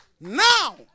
Now